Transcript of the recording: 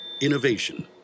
Innovation